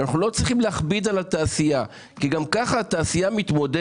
לא צריך להכביד על התעשייה כי גם ככה היא מתמודדת